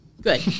Good